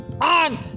on